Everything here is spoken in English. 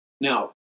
Now